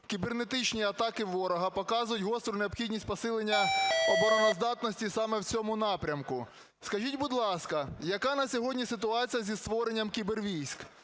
кібернетичні атаки ворога показують гостру необхідність посилення обороноздатності саме в цьому напрямку. Скажіть, будь ласка, яка на сьогодні ситуація зі створенням кібервійськ,